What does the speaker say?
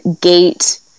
gate